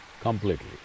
Completely